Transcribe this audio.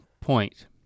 point